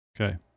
Okay